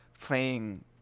playing